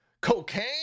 Cocaine